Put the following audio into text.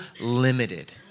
limited